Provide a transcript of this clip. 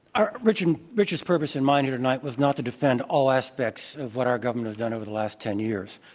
our, rich's rich's purpose and mind here tonight was not to defend all aspects of what our government has done over the last ten years.